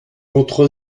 contre